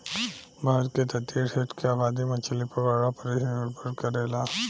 भारत के तटीय क्षेत्र के आबादी मछरी पकड़ला पर ही निर्भर करेला